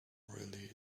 really